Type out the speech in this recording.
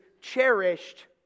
cherished